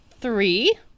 three